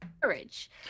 Courage